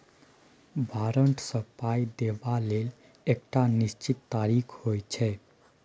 बारंट सँ पाइ देबा लेल एकटा निश्चित तारीख होइ छै